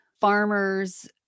farmers